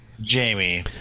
Jamie